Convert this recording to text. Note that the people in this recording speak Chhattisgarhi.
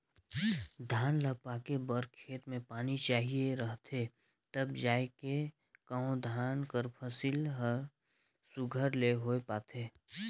धान ल पाके बर खेत में पानी चाहिए रहथे तब जाएके कहों धान कर फसिल हर सुग्घर ले होए पाथे